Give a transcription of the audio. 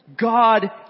God